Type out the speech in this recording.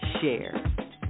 Share